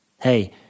Hey